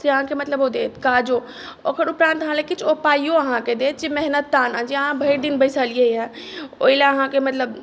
से अहाँके मतलब ओ देत काजो ओकर उपरान्त अहाँलेल ओ किछु पाइयो अहाँके देत जे मेहनताना जे अहाँ भरि दिन बेसलियैए ओहिलेल अहाँके मतलब